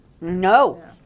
No